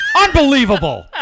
Unbelievable